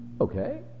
Okay